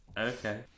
Okay